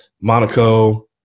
Monaco